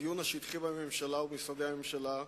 הדיון השטחי בממשלה ובמשרדי הממשלה,